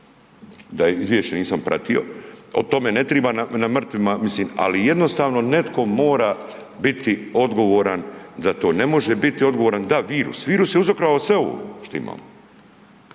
Da je, izvješće nisam pratio, o tome ne triba na mrtvima mislim, ali jednostavno netko mora biti odgovoran za to. Ne može biti odgovoran da virus, virus je uzrokovao sve ovo što imamo.